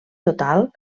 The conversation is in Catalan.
total